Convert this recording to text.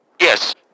Yes